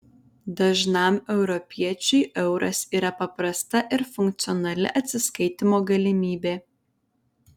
dažnam europiečiui euras yra paprasta ir funkcionali atsiskaitymo galimybė